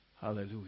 Hallelujah